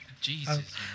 Jesus